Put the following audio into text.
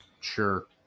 Sure